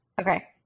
Okay